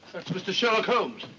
mr. sherlock holmes.